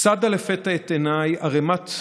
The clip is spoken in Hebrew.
צדה לפתע את עיניי ערמת ניירות,